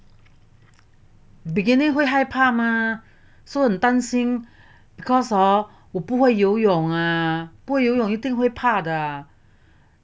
beginning 会害怕嘛所以很担心 cause hor 我不会游泳啊不会游泳一定会怕的